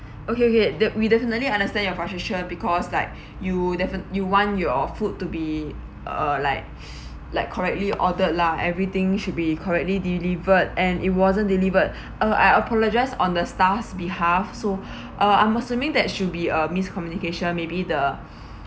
okay okay the we definitely understand your frustration because like you defini~ you want your food to be uh like like correctly ordered lah everything should be correctly delivered and it wasn't delivered uh I apologize on the staffs behalf so uh I'm assuming that should be a miscommunication maybe the